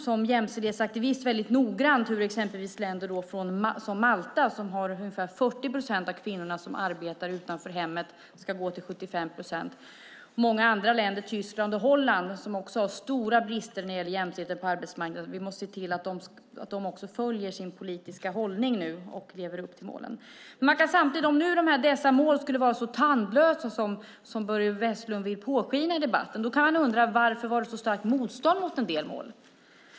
Som jämställdhetsaktivist ska jag noggrant följa hur exempelvis ett land som Malta, där ungefär 40 procent av kvinnorna arbetar utanför hemmet, når upp till 75 procent. Tyskland och Holland har också stora brister när det gäller jämställdhet på arbetsmarknaden, och det gäller att se till att de följer sin politiska hållning och lever upp till målen. Om nu dessa mål skulle vara så tandlösa som Börje Vestlund vill låta påskina i debatten kan man samtidigt undra varför det var så starkt motstånd mot en del av dem.